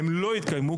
הם לא יתקיימו.